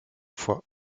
foix